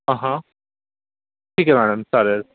हा हा ठीक आहे मॅडम चालेल